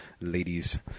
ladies